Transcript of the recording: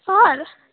sir